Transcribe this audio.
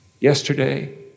yesterday